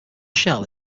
shell